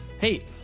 hey